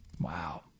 Wow